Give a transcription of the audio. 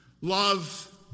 Love